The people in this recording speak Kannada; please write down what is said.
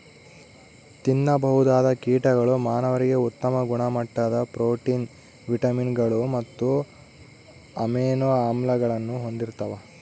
ತಿನ್ನಬಹುದಾದ ಕೀಟಗಳು ಮಾನವರಿಗೆ ಉತ್ತಮ ಗುಣಮಟ್ಟದ ಪ್ರೋಟೀನ್, ವಿಟಮಿನ್ಗಳು ಮತ್ತು ಅಮೈನೋ ಆಮ್ಲಗಳನ್ನು ಹೊಂದಿರ್ತವ